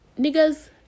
niggas